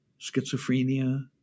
schizophrenia